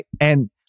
And-